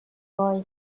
boy